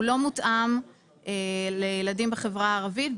הוא לא מותאם לילדים בחברה הערבית,